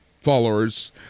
followers